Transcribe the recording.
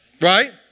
Right